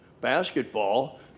basketball